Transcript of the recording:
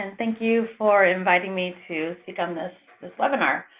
and thank you for inviting me to speak on this webinar.